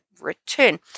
return